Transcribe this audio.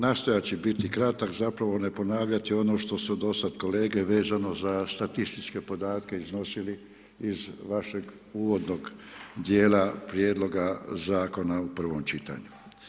Nastojat ću biti kratak, zapravo ne ponavljati ono što su dosad kolege vezano za statističke podatke iznosili iz vašeg uvodnog djela prijedloga u prvom čitanju.